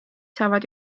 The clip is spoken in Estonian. saavad